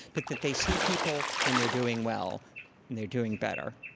but that they see people when they're doing well and they're doing better.